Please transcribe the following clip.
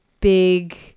big